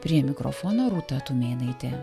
prie mikrofono rūta tumėnaitė